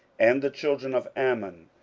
and the children of ammon,